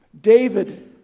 David